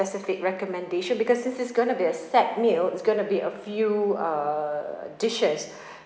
specific recommendation because this is going to be a set meal it's going to be a few uh dishes